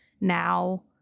now